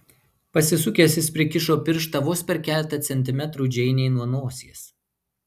pasisukęs jis prikišo pirštą vos per keletą centimetrų džeinei nuo nosies